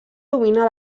domina